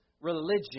religion